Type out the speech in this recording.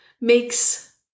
makes